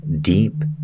Deep